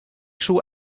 soe